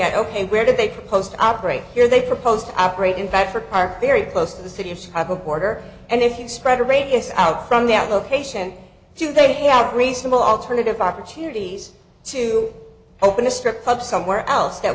at ok where do they propose to operate here they proposed aberrate in fact for our very close to the city of chicago border and if you spread a radius out from the out location do they have reasonable alternative opportunities to open a strip club somewhere else that